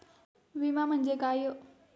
विमा म्हणजे काय?